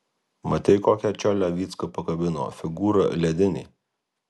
matei kokią čiolę vycka pakabino figūra ledinė